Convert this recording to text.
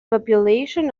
population